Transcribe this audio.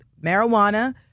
marijuana